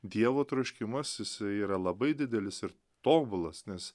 dievo troškimas jisai yra labai didelis ir tobulas nes